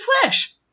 flesh